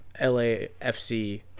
LAFC